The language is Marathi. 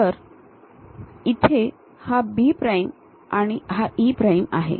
तर हा B प्राइम आणि हा E प्राइम आहे